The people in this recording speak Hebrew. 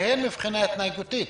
והן מבחינה התנהגותית.